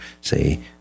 say